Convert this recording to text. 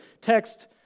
text